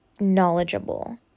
knowledgeable